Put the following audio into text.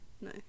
No